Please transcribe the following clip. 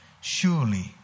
surely